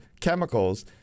chemicals